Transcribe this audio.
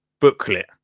booklet